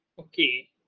okay